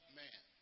man